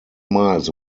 miles